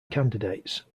candidates